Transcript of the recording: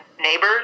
neighbors